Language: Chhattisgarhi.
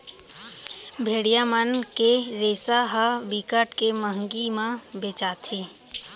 भेड़िया मन के रेसा ह बिकट के मंहगी म बेचाथे